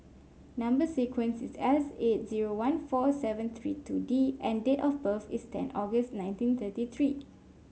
number sequence is S eight zero one four seven three two D and date of birth is ten August nineteen thirty three